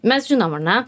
mes žinom ar ne